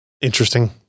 Interesting